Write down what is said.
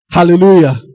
Hallelujah